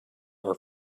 are